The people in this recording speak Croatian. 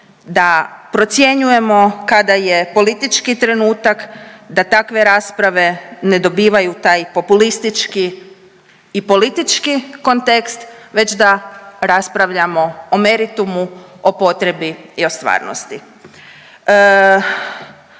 da procjenjujemo kada je politički trenutak, da takve rasprave ne dobivaju taj populistički i politički kontekst već da raspravljamo o meritumu, o potrebi i o stvarnosti.